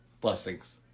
Blessings